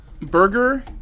Burger